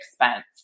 expense